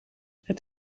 het